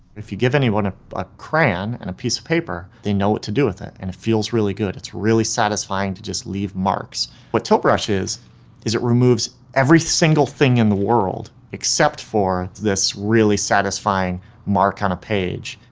if you give anyone a ah crayon and piece of paper, they know what to do with it. and it feels really good, it's really satisfying to just leave marks. what tilt brush is is it removes every single thing in the world except for this really satisfying mark on a page.